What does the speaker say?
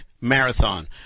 marathon